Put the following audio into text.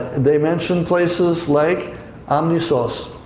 and they mentioned places like amnisos,